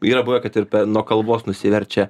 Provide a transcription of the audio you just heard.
yra buvę kad ir nuo kalvos nusiverčia